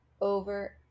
over